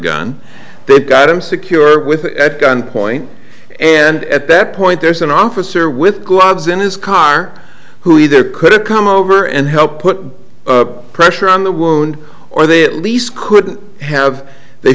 gun they got him secured with at gun point and at that point there's an officer with gloves in his car who either could have come over and help put pressure on the wound or they at least could have they